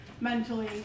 mentally